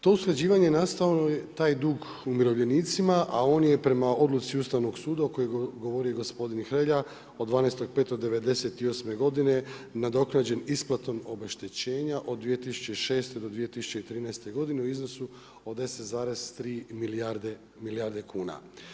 To usklađivanje nastalo je, taj dug umirovljenicima a on je prema odluci Ustavnog suda o kojoj je govorio gospodin Hrelja od 12.0.5 1998. godine nadoknađen isplatom obeštećenja od 2006. do 2013. godine u iznosu od 10,3 milijarde kuna.